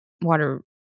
water